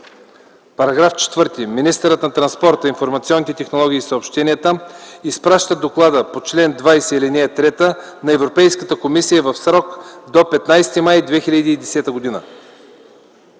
„§ 4. Министърът на транспорта, информационните технологии и съобщенията изпраща доклада по чл. 20, ал. 3 на Европейската комисия в срок до 15 май 2010 г.”